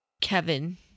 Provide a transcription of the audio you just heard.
Kevin